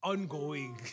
Ongoing